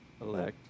elect